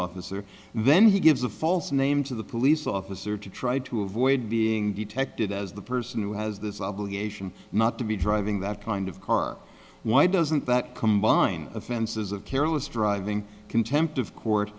officer then he gives a false name to the police officer to try to avoid being detected as the person who has this obligation not to be driving that kind of car why doesn't that combine offenses of careless driving contempt of court